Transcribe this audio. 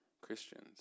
Christians